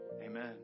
Amen